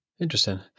interesting